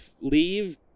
Leave